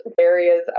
areas